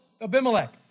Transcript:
Abimelech